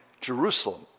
Jerusalem